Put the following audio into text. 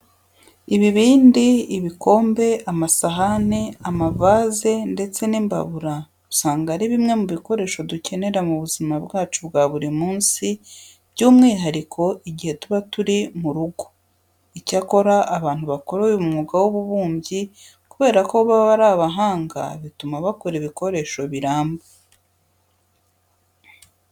Ibibindi, ibikombe, amasahani, amavaze ndetse n'imbabura usanga ari bimwe mu bikoresho dukenera mu buzima bwacu bwa buri munsi by'umwihariko igihe tuba turi mu rugo. Icyakora abantu bakora uyu mwuga w'ububumbyi kubera ko baba ari abahanga bituma bakora ibikoresho biramba.